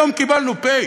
היום קיבלנו פ'